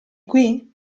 qui